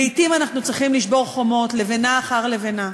לעתים אנחנו צריכים לשבור חומות, לבנה אחר לבנה.